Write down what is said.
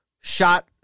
shot